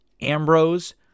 Ambrose